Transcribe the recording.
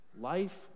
Life